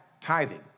Tithing